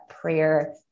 prayer